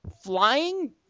flying